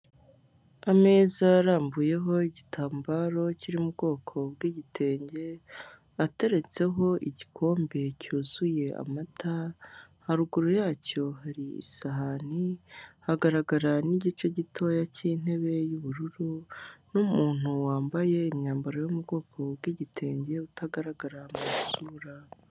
Ameza arambuyeho igitambaro kiri mu bwoko bwigitenge, ateretseho igikombe cyuzuye amata, haruguru yacyo hari isahani, hagaragara n'igice gitoya cy'intebe y'ubururu n'umuntu wambaye imyambaro yo mu bwoko bw'igitenge utagaragara mu isura.